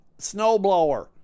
snowblower